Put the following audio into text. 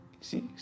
See